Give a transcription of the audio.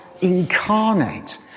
incarnate